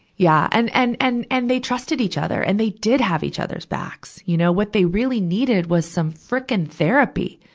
yeah. and, and, and, and they trusted each other. and they did have each other's backs. you know, what the really needed was some fricking therapy.